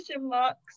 marks